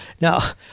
Now